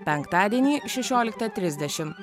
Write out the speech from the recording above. penktadienį šešioliktą trisdešimt